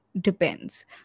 depends